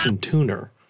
tuner